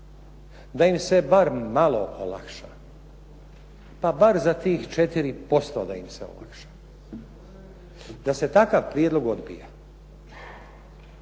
da im se bar malo olakša, pa bar za tih 4% da im se olakša. Da se takav prijedlog odbija.